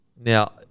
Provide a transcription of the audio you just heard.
Now